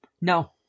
No